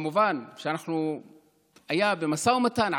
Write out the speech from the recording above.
כמובן כשהיה במשא ומתן,